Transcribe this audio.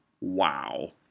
Wow